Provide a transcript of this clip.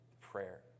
prayer